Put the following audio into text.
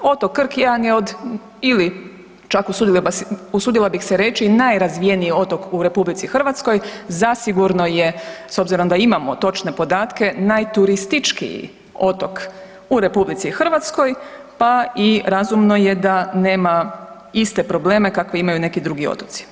Otok Krk jedan je od ili čak usudila bih se reći i najrazvijeniji otok u RH, zasigurno je s obzirom da imamo točne podatke najturističkiji otok u RH, pa i razumno je da nema iste probleme kakve imaju i neki drugi otoci.